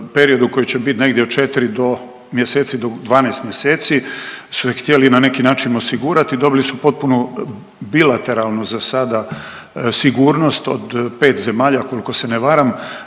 periodu koji će biti negdje od 4 do, mjeseci do 12 mjeseci su je htjeli na neki način osigurati. Dobili su potpuno bilateralno za sada sigurnost od 5 zemalja ukoliko se ne varam